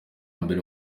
mbere